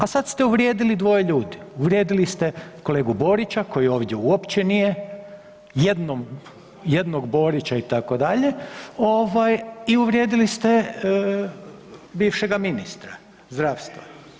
A sad ste uvrijedili dvoje ljudi, uvrijedili ste kolegu Borića koji ovdje uopće nije, jednog Borića itd., i uvrijedili ste bivšega ministra zdravstva.